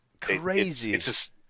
Crazy